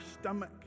stomach